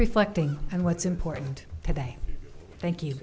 reflecting on what's important today thank you